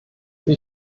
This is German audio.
wie